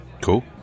Cool